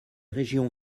régions